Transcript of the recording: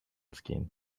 skin